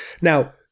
Now